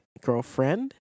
Girlfriend